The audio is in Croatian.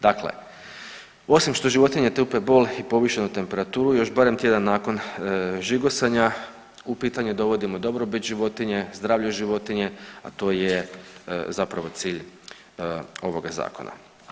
Dakle, osim što životinje trpe bol i povišenu temperaturu još barem tjedan nakon žigosanja, u pitanje dovodimo dobrobit životinje, zdravlje životinje, a to je zapravo cilj ovoga Zakona.